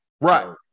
right